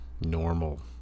normal